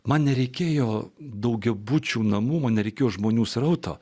man nereikėjo daugiabučių namų man reikėjo žmonių srauto